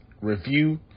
review